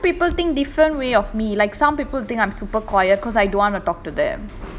different people think different way of me like some people think I'm super quiet because I don't want to talk to them